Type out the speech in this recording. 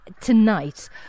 tonight